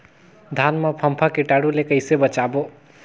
धान मां फम्फा कीटाणु ले कइसे बचाबो?